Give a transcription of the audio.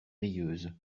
rieuse